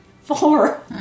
Four